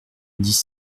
dix